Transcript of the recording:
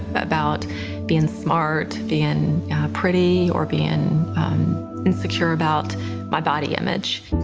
about being smart, being pretty, or being insecure about my body image.